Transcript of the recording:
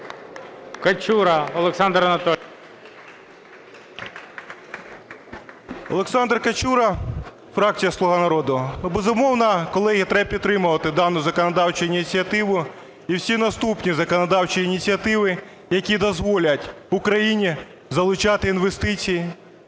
КАЧУРА О.А. Олександр Качура, фракція "Слуга народу". Безумовно, колеги, треба підтримувати дану законодавчу ініціативу і всі наступні законодавчі ініціативи, які дозволять Україні залучати інвестиції,